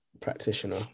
practitioner